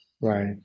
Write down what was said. Right